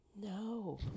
no